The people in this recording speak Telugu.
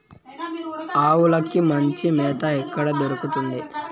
ఆవులకి మంచి మేత ఎక్కడ దొరుకుతుంది?